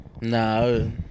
No